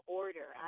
order